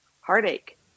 heartache